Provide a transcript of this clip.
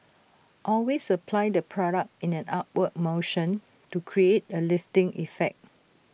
always apply the product in an upward motion to create A lifting effect